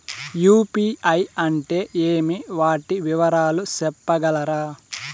UPI అంటే ఏమి? వాటి వివరాలు సెప్పగలరా?